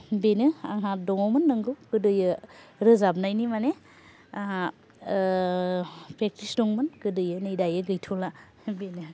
बेनो आंहा दङमोन नोंगौ गोदोयो रोजाबनायनि माने आंहा प्रेक्टिस दंमोन गोदोयो नै दायो गैथ'ला बेनो